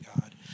God